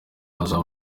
haba